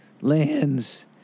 lands